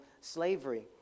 slavery